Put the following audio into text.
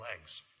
legs